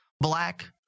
black